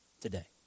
today